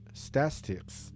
statistics